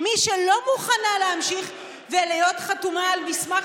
מי שלא מוכנה להמשיך להיות חתומה על מסמך,